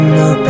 no